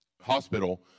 hospital